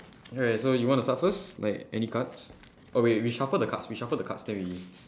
alright so you wanna start first like any cards or wait we shuffle the cards we shuffle the cards then we